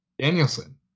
danielson